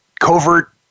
covert